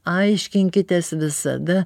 aiškinkitės visada